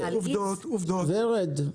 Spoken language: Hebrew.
ורד,